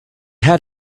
had